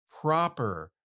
proper